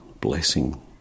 blessing